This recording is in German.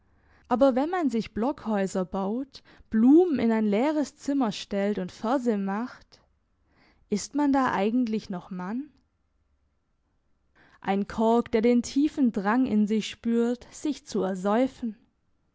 aber wenn man sich blockhäuser baut blumen in ein leeres zimmer stellt und verse macht ist man da eigentlich noch mann ein kork der den tiefen drang in sich spürt sich zu ersäufen